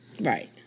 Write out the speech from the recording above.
Right